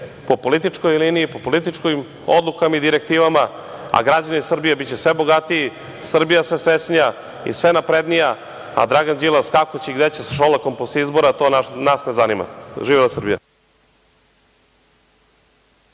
po političkoj liniji, po političkim odlukama i direktivama, a građani Srbije biće sve bogatiji, Srbija sve srećnija i sve naprednija, a Dragan Đilas kako će i gde će sa Šolakom posle izbora, to nas ne zanima. Živela Srbija!